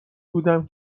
بودم